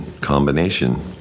combination